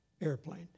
airplane